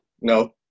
No